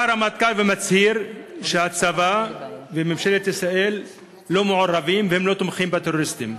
הרמטכ"ל מצהיר שהצבא וממשלת ישראל לא מעורבים ולא תומכים בטרוריסטים.